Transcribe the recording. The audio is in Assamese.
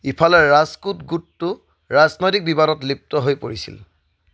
ইফালে ৰাজকোট গোটটো ৰাজনৈতিক বিবাদত লিপ্ত হৈ পৰিছিল